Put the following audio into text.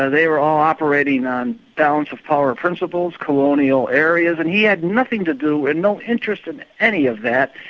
ah they were all operating on balance of power principles, colonial areas, and he had nothing to do and no interest in any of that,